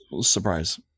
surprise